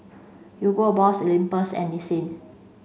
Hugo Boss Olympus and Nissin